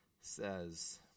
says